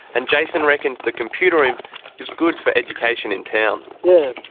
and jason reckons the computer room is good for education in town. yeah,